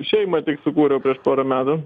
šeimą tik sukūriau prieš porą metų